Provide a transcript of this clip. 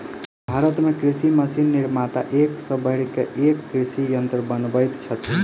भारत मे कृषि मशीन निर्माता एक सॅ बढ़ि क एक कृषि यंत्र बनबैत छथि